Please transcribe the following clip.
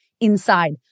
inside